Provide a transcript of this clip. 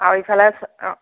আৰু ইফালে অ